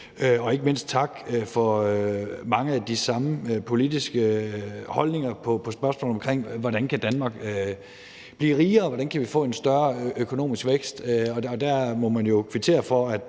Og ikke mindst tak for mange af de samme politiske holdninger til spørgsmål om, hvordan Danmark kan blive rigere og få en større økonomisk vækst. Og der må man jo kvittere for,